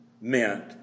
meant